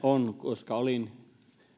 on koska olin